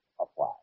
apply